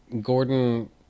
Gordon